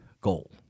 goal